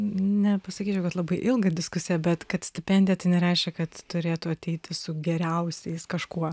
nepasakyčiau kad labai ilgą diskusiją bet kad stipendija tai nereiškia kad turėtų ateiti su geriausiais kažkuo